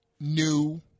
new